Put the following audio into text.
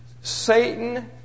Satan